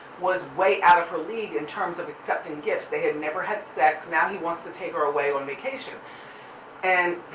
was way out of her league in terms of accepting gifts. they had never had sex, now he wants to take her away on vacation and.